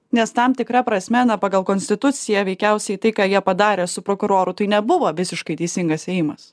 nes tam tikra prasme na pagal konstituciją veikiausiai tai ką jie padarė su prokuroru tai nebuvo visiškai teisingas ėjimas